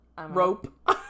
rope